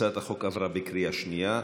הצעת החוק עברה בקריאה שנייה.